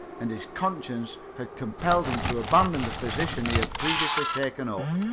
and his conscience had compelled him to abandon the position he had previously taken up.